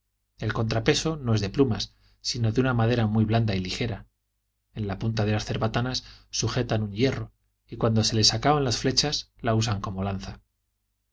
el contrapeso no es de plumas sino de una madera muy blanda y ligera en la punta de las cerbatanas sujetan un hierro y cuando se les acaban las flechas la usan como lanza